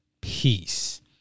peace